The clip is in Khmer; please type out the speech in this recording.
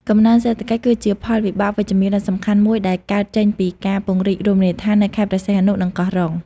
កំណើនសេដ្ឋកិច្ច គឺជាផលវិបាកវិជ្ជមានដ៏សំខាន់មួយដែលកើតចេញពីការពង្រីករមណីយដ្ឋាននៅខេត្តព្រះសីហនុ និងកោះរ៉ុង។